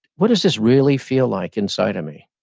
what does this really feel like inside of me,